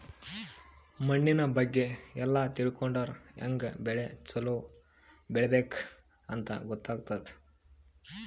ಮಣ್ಣಿನ್ ಬಗ್ಗೆ ಎಲ್ಲ ತಿಳ್ಕೊಂಡರ್ ಹ್ಯಾಂಗ್ ಬೆಳಿ ಛಲೋ ಬೆಳಿಬೇಕ್ ಅಂತ್ ಗೊತ್ತಾಗ್ತದ್